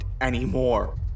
anymore